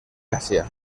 asia